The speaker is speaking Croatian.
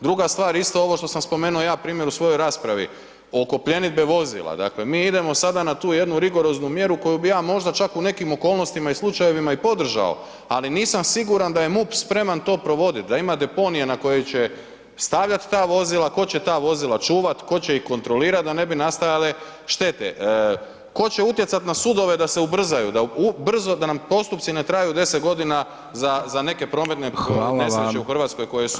Duga stvar, isto ovo što sam spomenuo ja, primjer u svojoj raspravi oko pljenidbe vozila, dakle mi idemo sada na tu jednu rigoroznu mjeru koju bi ja možda čak u nekim okolnostima i slučajevima i podržao, ali nisam siguran da je MUP spreman to provodit, da ima deponije na koje će stavljati ta vozila, tko će ta vozila čuvat, tko će ih kontrolirat da ne bi nastajale štete, tko će utjecat na Sudove da se ubrzaju, da brzo, da nam postupci ne traju deset godina za neke prometne nesreće u Hrvatskoj koje su završile sa najtežim posljedicama.